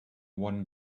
one